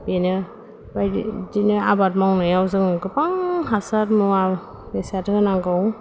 बेनो बायदि बिदिनो आबाद मावनायाव जों गोबां हासार मुवा बेसाद होनांगौ